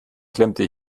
klemmte